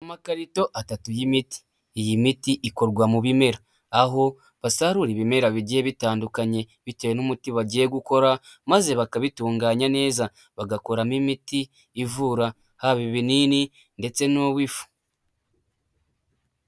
Amakarito atatu y'imiti, iyi miti ikorwa mu bimera aho basarura ibimera bigiye bitandukanye bitewe n'umuti bagiye gukora maze bakabitunganya neza, bagakoramo imiti ivura haba ibinini ndetse n'uw'ifu.